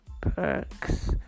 perks